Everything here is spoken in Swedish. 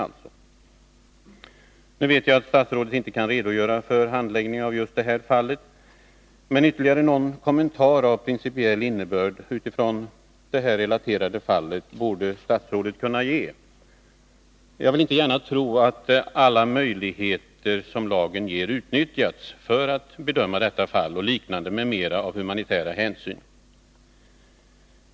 Jag vet att statsrådet inte kan redogöra för handläggningen av just det här fallet, men ytterligare någon kommentar av principiell innebörd borde statsrådet ändå kunna ge. Jag vill inte gärna tro att alla möjligheter som lagen ger har utnyttjats vid bedömningen av humanitära hänsyn i detta fall och liknande.